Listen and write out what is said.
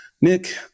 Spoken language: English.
Nick